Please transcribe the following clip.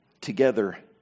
together